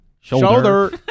shoulder